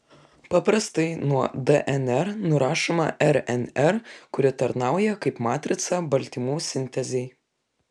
paprastai nuo dnr nurašoma rnr kuri tarnauja kaip matrica baltymų sintezei